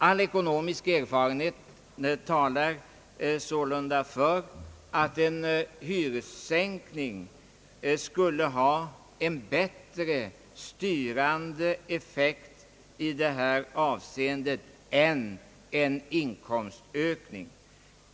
All ekonomisk erfarenhet talar sålunda för att en hyressänkning skulle ha bättre styrande effekt i detta avseende än en inkomstökning.